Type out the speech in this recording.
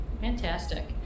Fantastic